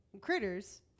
Critters